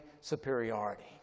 superiority